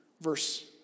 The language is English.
verse